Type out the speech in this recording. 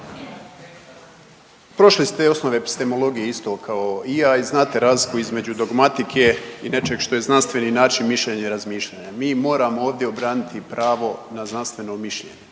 Prošli ste osnove …/Govornik se ne razumije./… isto kao i ja i znate razliku između dogmatike i nečeg što je znanstveni način mišljenja i razmišljanja. Mi moramo ovdje obraniti pravo na znanstveno mišljenje,